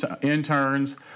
interns